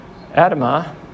Adama